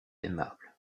aimable